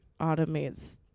automates